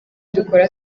dukora